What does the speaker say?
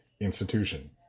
Institution